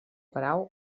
brau